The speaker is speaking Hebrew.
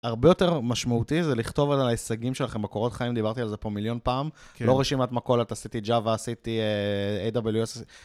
הרבה יותר משמעותי זה לכתוב על ההישגים שלכם בקורות חיים, דיברתי על זה פה מיליון פעם. לא רשימת מכולת, את עשיתי Java, עשיתי AWS.